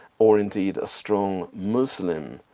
or indeed a strong muslim,